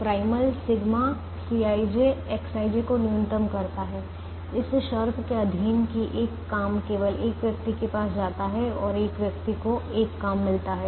primal sigma CijXij को न्यूनतम करता है इस शर्त के अधीन कि एक काम केवल एक व्यक्ति के पास जाता है और एक व्यक्ति को एक काम मिलता है